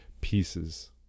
pieces